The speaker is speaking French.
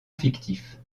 fictif